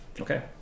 Okay